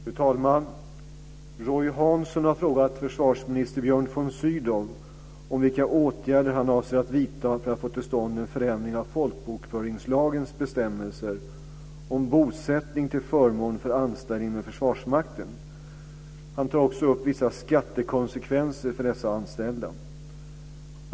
Fru talman! Roy Hansson har frågat försvarsminister Björn von Sydow om vilka åtgärder han avser att vidta för att få till stånd en förändring av folkbokföringslagens bestämmelser om bosättning till förmån för anställda inom Försvarsmakten. Han tar också upp vissa skattekonsekvenser för dessa anställda.